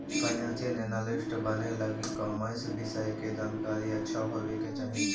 financial analyst बने लगी commerce विषय के जानकारी अच्छा होवे के चाही